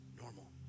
normal